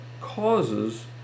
causes